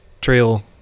trail